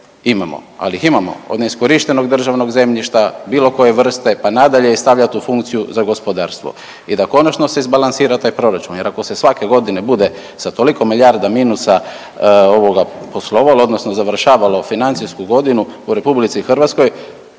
imamo, ali ih imamo od neiskorištenog državnog zemljišta bilo koje vrste pa nadalje i stavljat u funkciju za gospodarstvo. I da konačno se izbalansira taj proračun jer ako se svake godine bude sa toliko milijarda minusa ovoga poslovalo odnosno završavalo financijsku godinu u RH, kako